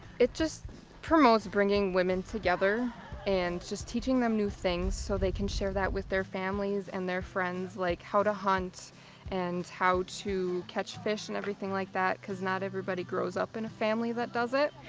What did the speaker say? it just promotes bringing women together and just teaching them new things so they can share them with their families and their friends, like how to hunt and how to catch fish and everything like that, cause not everybody grows up in a family that does it.